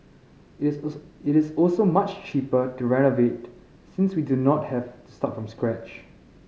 it is also much cheaper to renovate since we do not have to start from scratch